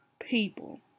people